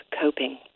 coping